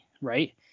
right